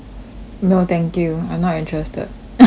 no thank you I'm not interested